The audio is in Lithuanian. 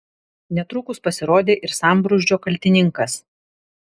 netrukus pasirodė ir sambrūzdžio kaltininkas